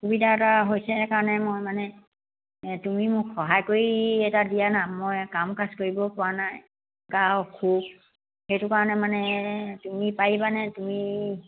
অসুবিধা এটা হৈছে সেইকাৰণে মই মানে তুমি মোক সহায় কৰি এটা দিয়া না মই কাম কাজ কৰিব পৰা নাই গা অসুখ সেইটো কাৰণে মানে তুমি পাৰিবানে তুমি